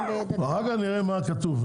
אחר כך נראה מה כתוב,